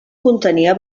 contenia